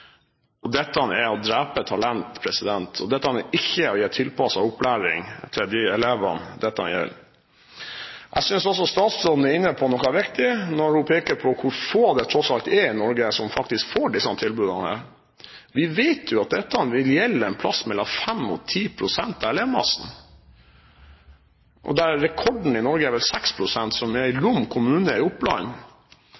Dette er å drepe talent, dette er ikke å gi tilpasset opplæring til de elevene dette gjelder. Jeg synes også at statsråden er inne på noe viktig når hun peker på hvor få det tross alt er i Norge som faktisk får disse tilbudene. Vi vet at dette vil gjelde et sted mellom 5 og 10 pst. av elevmassen. Rekorden i Norge er vel 6 pst., som er i